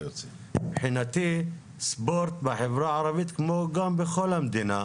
מבחינתי ספורט בחברה הערבית, כמו גם בכל המדינה,